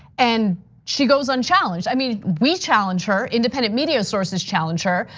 and she goes unchallenged. i mean, we challenge her, independent media sources challenge her.